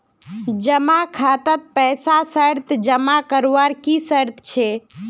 जमा खातात पैसा जमा करवार की शर्त छे?